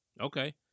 Okay